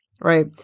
right